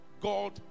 God